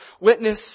witness